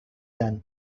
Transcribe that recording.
done